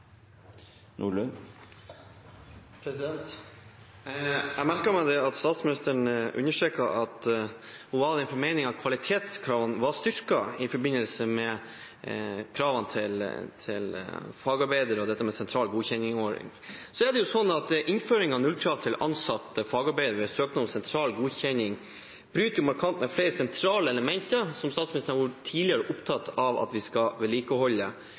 Nordlund – til oppfølgingsspørsmål. Jeg merket meg at statsministeren understreket at hun var av den formening at kvalitetskravene var styrket i forbindelse med kravene til fagarbeidere og til dette med sentral godkjenningsordning. Innføring av nullkrav til ansatte fagarbeidere ved søknad om sentral godkjenning bryter markant mot flere sentrale elementer, som statsministeren tidligere har vært opptatt av at vi skal vedlikeholde